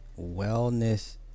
wellness